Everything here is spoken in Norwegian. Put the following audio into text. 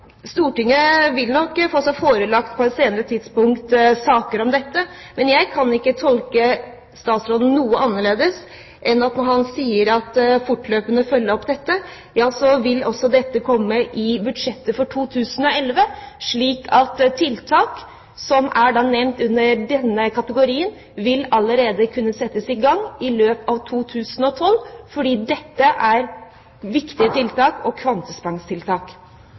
Stortinget vil nok på et senere tidspunkt få seg forelagt saker om dette, men jeg kan ikke tolke statsråden noe annerledes enn at når han sier at han fortløpende vil følge opp dette, ja, så vil dette også komme i budsjettet for 2011, slik at tiltak som er nevnt under denne kategorien, vil kunne settes i gang allerede i løpet av 2012, fordi dette er viktige tiltak, og kvantesprangstiltak.